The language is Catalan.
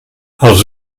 els